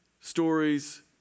stories